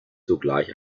sogleich